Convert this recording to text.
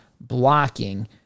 blocking